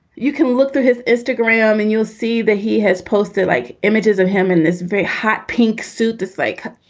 you can look through his instagram and you'll see that he has posted like images of him in this very hot pink suit. dislike.